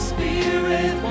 Spirit